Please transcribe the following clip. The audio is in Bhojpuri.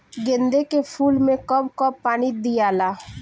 गेंदे के फूल मे कब कब पानी दियाला?